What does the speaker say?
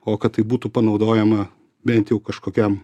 o kad tai būtų panaudojama bent jau kažkokiam